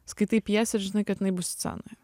skaitai pjesę ir žinai kad jinai bus scenoje